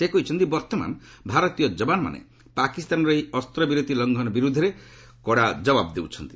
ସେ କହିଛନ୍ତି ବର୍ତ୍ତମାନ ଭାରତୀୟ ଯବାନମାନେ ପାକିସ୍ତାନର ଏହି ଅସ୍ତ୍ରବିରତି ଲଙ୍ଘନ ବିରୁଦ୍ଧରେ ଆମର କଡ଼ା ଜବାବ ଦେଉଛନ୍ତି